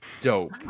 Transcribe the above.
dope